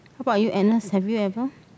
how about you Agnes have you ever